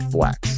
Flex